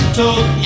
told